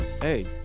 hey